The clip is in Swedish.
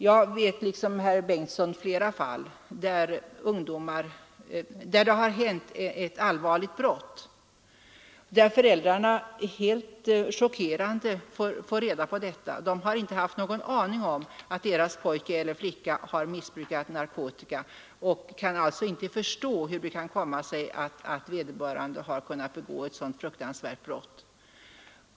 Jag känner liksom herr Bengtsson till flera fall där det har begåtts ett allvarligt brott och där föräldrarna chockerade får reda på vad som hänt. De har inte haft någon aning om att deras pojke eller flicka har missbrukat narkotika och kan alltså inte förstå hur det kan komma sig att vederbörande har kunnat begå ett sådant brott.